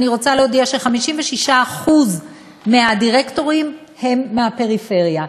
אני רוצה להודיע ש-56% מהדירקטורים הם מהפריפריה.